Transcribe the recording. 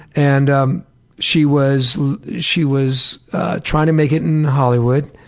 and um she was she was trying to make it in hollywood.